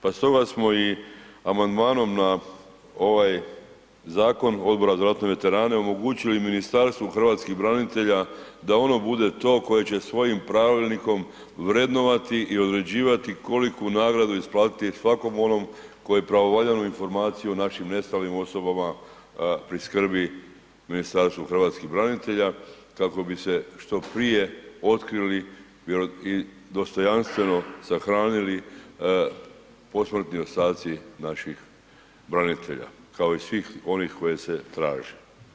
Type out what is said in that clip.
Pa stoga, smo i amandmanom na ovaj Zakon odbora za ratne veterane omogućili Ministarstvu hrvatskih branitelja da ono bude to koje će svojim pravilnikom vrednovati i određivati koliku nagradu isplatiti svakom onom koji pravovaljanu informaciju o našim nestalim osobama priskrbi Ministarstvu hrvatskih branitelja kako bi se što prije otkrili i dostojanstveno sahranili posmrtni ostaci naših branitelja kao i svih onih koje se traži.